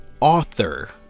author